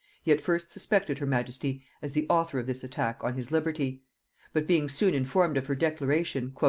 he at first suspected her majesty as the author of this attack on his liberty but being soon informed of her declaration,